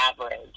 average